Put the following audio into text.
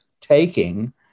taking